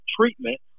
treatment